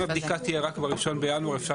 אם הבדיקה תהיה רק ב-1 בינואר אפשר